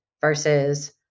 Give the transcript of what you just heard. versus